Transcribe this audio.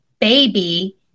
baby